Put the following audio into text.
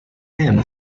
him